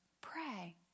Pray